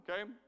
okay